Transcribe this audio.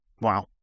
Wow